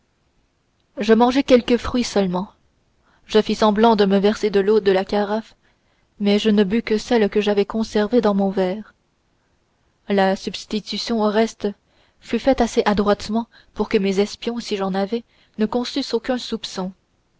je mangeai quelques fruits seulement je fis semblant de me verser de l'eau de la carafe mais je ne bus que celle que j'avais conservée dans mon verre la substitution au reste fut faite assez adroitement pour que mes espions si j'en avais ne conçussent aucun soupçon